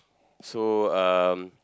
so um